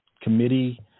committee